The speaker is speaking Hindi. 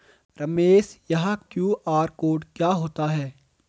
रमेश यह क्यू.आर कोड क्या होता है?